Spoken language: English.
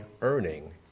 earning